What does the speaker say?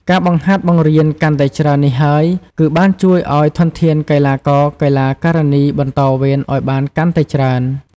ការបង្ហាត់បង្រៀនកាន់តែច្រើននេះហើយ គឺបានជួយអោយធនធានកីឡាករ-កីឡាការិនីបន្តវេនឱ្យបានកាន់តែច្រើន។